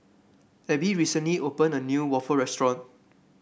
Abbie recently opened a new waffle restaurant